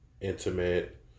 intimate